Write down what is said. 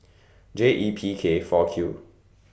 J E P K four Q